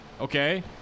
okay